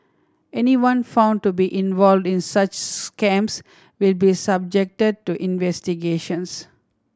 anyone found to be involved in such scams will be subjected to investigations